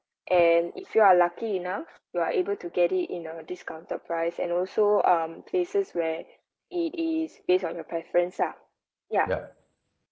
and if you are lucky enough you are able to get it in a discounted price and also um places where it is based on your preference lah ya